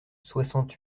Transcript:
soixante